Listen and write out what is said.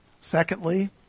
Secondly